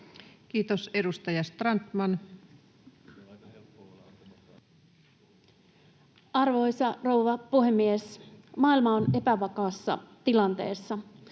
Time: 19:10 Content: Arvoisa rouva puhemies! Maailma on epävakaassa tilanteessa.